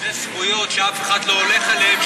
מרכזי זכויות שאף אחד לא הולך אליהם.